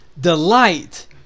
Delight